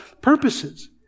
purposes